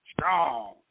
Strong